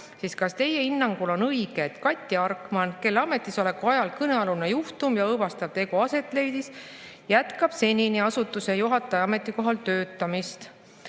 kas on teie hinnangul õige, et Kati Arkman, kelle ametisoleku ajal kõnealune juhtum ja õõvastav tegu aset leidis, jätkab senini asutuse juhataja ametikohal töötamist?